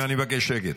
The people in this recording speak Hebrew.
אושר שקלים,